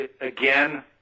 again